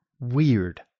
Weird